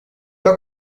pas